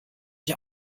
ich